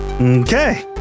Okay